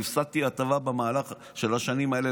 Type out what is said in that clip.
הפסדתי הטבה במהלך השנים האלה,